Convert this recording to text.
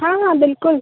हाँ हाँ बिल्कुल